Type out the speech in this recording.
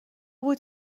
بود